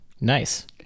Nice